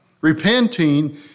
Repenting